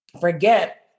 forget